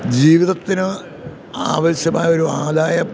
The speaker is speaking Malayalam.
ജീവിതത്തിന് ആവശ്യമായൊരു ആദായം